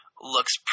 looks